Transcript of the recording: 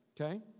okay